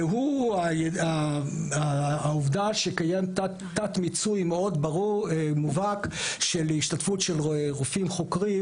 והוא העובדה שקיים תת מיצוי מאוד מובהק של השתתפות של רופאים חוקרים